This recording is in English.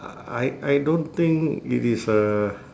I I don't think it is a